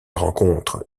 rencontre